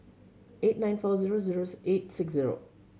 eight nine four zero zero eight six zero